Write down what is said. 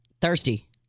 Thirsty